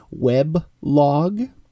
weblog